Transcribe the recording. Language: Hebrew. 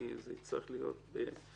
כי זה יצטרך להיות ביחד.